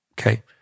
okay